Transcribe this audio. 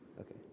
okay